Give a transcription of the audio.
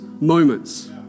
moments